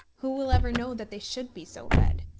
who will ever know that they should be so read?